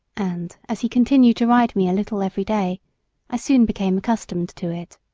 and as he continued to ride me a little every day i soon became accustomed to it.